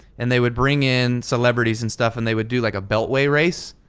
and they would bring in celebrities and stuff and they would do like a beltway race.